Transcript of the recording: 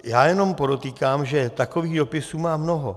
Já jenom podotýkám, že takových dopisů mám mnoho.